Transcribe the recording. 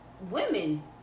women